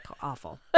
awful